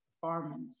performance